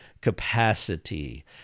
capacity